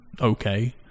okay